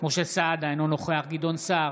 משה סעדה, אינו נוכח גדעון סער,